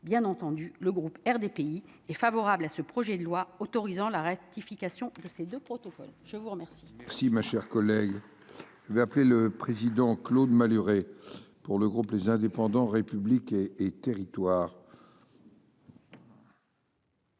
bien entendu, le groupe RDPI est favorable à ce projet de loi autorisant la ratification de ces 2 protocole. Je vous remercie, merci, ma chère collègue il appelé le président Claude Malhuret pour le groupe, les indépendants, république et et territoires.